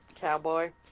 Cowboy